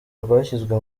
rwashyizwe